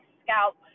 scalp